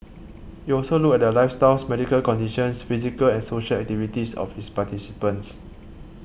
it also looked at the lifestyles medical conditions physical and social activities of its participants